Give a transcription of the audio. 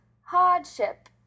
hardship